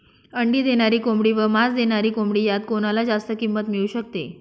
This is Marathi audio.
अंडी देणारी कोंबडी व मांस देणारी कोंबडी यात कोणाला जास्त किंमत मिळू शकते?